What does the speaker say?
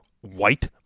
white